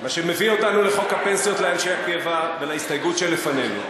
מה שמביא אותנו לחוק הפנסיות לאנשי הקבע ולהסתייגות שלפנינו.